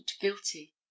guilty